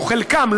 חלקם,